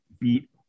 beat